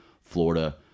Florida